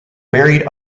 buried